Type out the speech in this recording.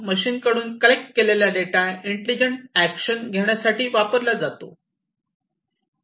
machine कडून collect केलेला data intelligent action घेण्यासाठी वापरला जातो